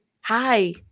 hi